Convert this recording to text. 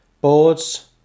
Boards